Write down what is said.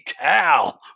cow